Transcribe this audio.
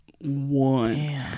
One